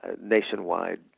nationwide